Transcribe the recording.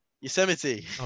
Yosemite